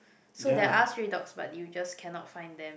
so there are stray dogs but you just cannot find them